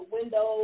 windows